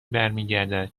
برمیگردد